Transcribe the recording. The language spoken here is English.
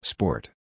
Sport